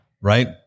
Right